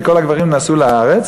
כי כל הגברים נסעו לארץ,